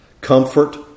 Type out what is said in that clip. Comfort